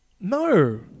No